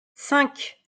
cinq